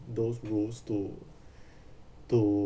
those rules to to